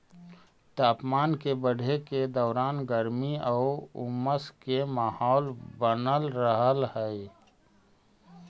तापमान के बढ़े के दौरान गर्मी आउ उमस के माहौल बनल रहऽ हइ